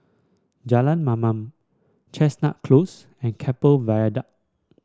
Jalan Mamam Chestnut Close and Keppel Viaduct